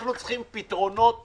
אנחנו צריכים פתרונות כרגע.